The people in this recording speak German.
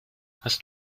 hast